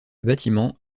bâtiments